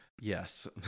Yes